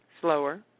slower